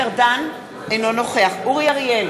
אינו נוכח אורי אריאל,